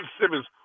Simmons